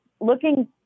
looking